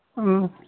ꯑ